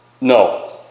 no